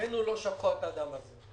ידנו לא שפכה את הדם הזה.